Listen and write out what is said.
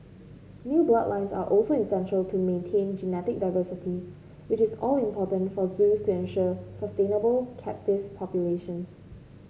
new bloodlines are also essential to maintain genetic diversity which is all important for zoos to ensure sustainable captive populations